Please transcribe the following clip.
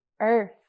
earth